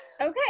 Okay